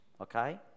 Okay